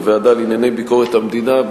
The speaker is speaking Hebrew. בוועדה לענייני ביקורת המדינה,